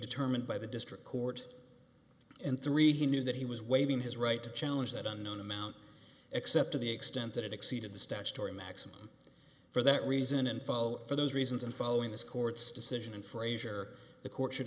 determined by the district court and three he knew that he was waiving his right to challenge that unknown amount except to the extent that it exceeded the statutory maximum for that reason and follow for those reasons and following this court's decision and frazier the court should